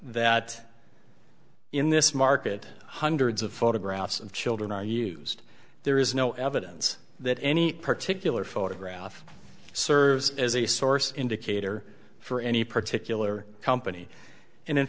that in this market hundreds of photographs of children are used there is no evidence that any particular photograph serves as a source indicator for any particular company and in